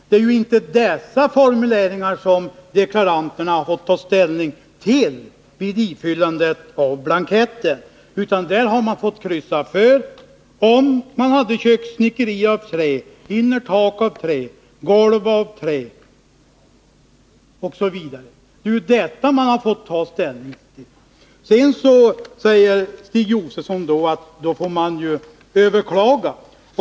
Det är inte dessa formuleringar som deklaranterna fått ta ställning till vid ifyllandet av blanketten, utan de har fått kryssa för om de hade kökssnickerier av trä, innertak av trä, golv av trä etc. Det är detta man har fått ta ställning till. Så säger Stig Josefson att då får man överklaga.